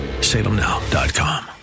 salemnow.com